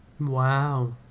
Wow